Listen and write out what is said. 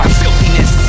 filthiness